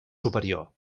superior